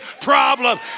problem